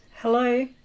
hello